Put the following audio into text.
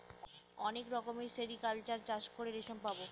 অনেক রকমের সেরিকালচার চাষ করে রেশম পাবো